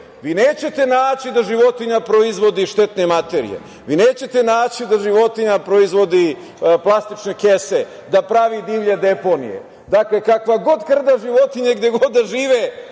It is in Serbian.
Vi nećete naći da životinja proizvodi štetne materije. Vi nećete naći da životinja proizvodi plastične kese, da pravi divlje deponije. Dakle, kakva god krda životinja, gde god da žive,